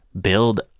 build